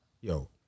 yo